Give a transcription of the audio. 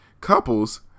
couples